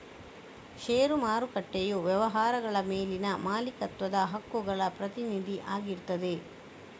ಷೇರು ಮಾರುಕಟ್ಟೆಯು ವ್ಯವಹಾರಗಳ ಮೇಲಿನ ಮಾಲೀಕತ್ವದ ಹಕ್ಕುಗಳ ಪ್ರತಿನಿಧಿ ಆಗಿರ್ತದೆ